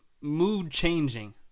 mood-changing